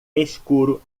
escuro